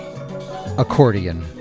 Accordion